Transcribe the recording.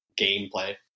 gameplay